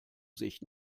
sich